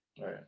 right